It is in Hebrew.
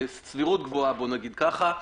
בסבירות גבוהה, בוא נגיד ככה.